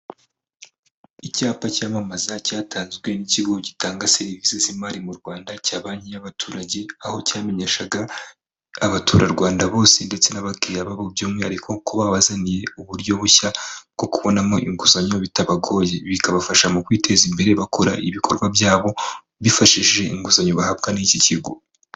Icyapa cyamamaza cyatanzwe n'ikigo gitanga serivisi z'imari mu Rwanda cya banki y'abaturage, aho cyamenyeshaga abaturarwanda bose ndetse n'abakiriya babo by'umwihariko ko babazaniye uburyo bushya bwo kubonamo inguzanyo bitabagoye, bikabafasha mu kwiteza imbere bakora ibikorwa byabo bifashishije inguzanyo bahabwa n'iki kigo.